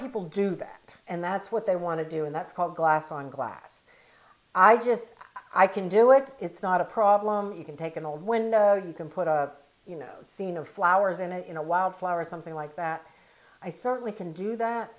people do that and that's what they want to do and that's called glass on glass i just i can do it it's not a problem you can take an old window you can put a you know scene of flowers in it in a wild flower something like that i certainly can do that